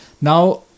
Now